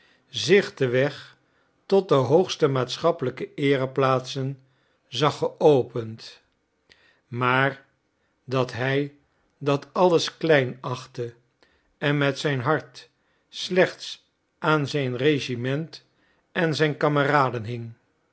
zich den weg tot de hoogste maatschappelijke eereplaatsen zag geopend maar dat hij dat alles klein achtte en met zijn hart slechts aan zijn regiment en zijn kameraden hing